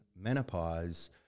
menopause